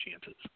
chances